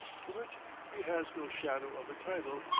to which he has no shadow of a title,